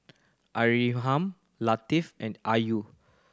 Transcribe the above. Latif and Ayu